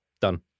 Done